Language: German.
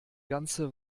ganze